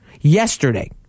yesterday